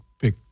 pick